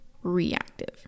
reactive